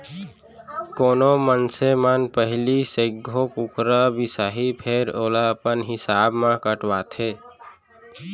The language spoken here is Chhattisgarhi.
कोनो मनसे मन पहिली सइघो कुकरा बिसाहीं फेर ओला अपन हिसाब म कटवाथें